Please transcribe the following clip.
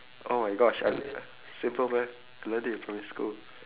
oh my gosh I I simple math I learnt it in primary school